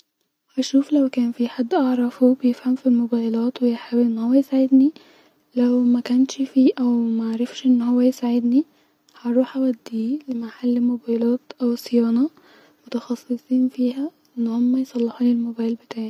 اشوف لو كان في حد اعرفو بيفهم في الموبيلات ويحاول ان هو يساعدني-لو مكنش في او معرفش يساعدني-هروح اوديه لمحل موبيلات او صيانه متخصصين فيها ان هما يصلحولي الموبيل بتاعي